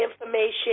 information